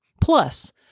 plus